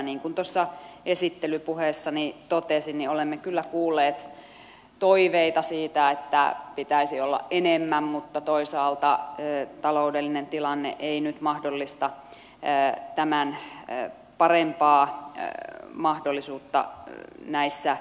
niin kuin esittelypuheessani totesin olemme kyllä kuulleet toiveita siitä että pitäisi olla enemmän mutta toisaalta taloudellinen tilanne ei nyt mahdollista tämän parempaa mahdollisuutta näissä liikkua